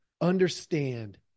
understand